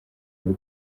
muri